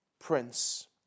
prince